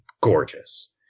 gorgeous